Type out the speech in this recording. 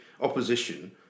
opposition